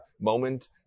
moment